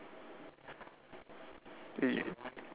mm